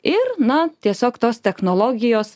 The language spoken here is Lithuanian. ir na tiesiog tos technologijos